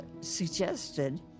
suggested